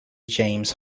james